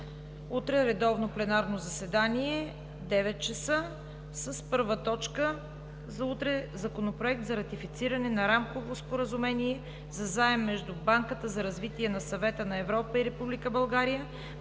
Утре – редовно пленарно заседание от 9,00 ч. с първа точка – Законопроект за ратифициране на Рамково споразумение за заем между Банката за развитие на Съвета на Европа и Република България,